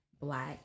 black